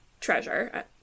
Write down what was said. treasure